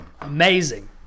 Amazing